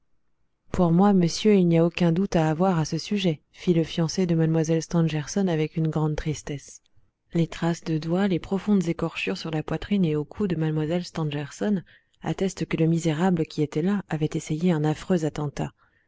pour moi monsieur il n'y a aucun doute à avoir à ce sujet fit le fiancé de mlle stangerson avec une grande tristesse les traces de doigts les profondes écorchures sur la poitrine et au cou de mlle stangerson attestent que le misérable qui était là avait essayé un affreux attentat